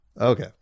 Okay